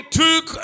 took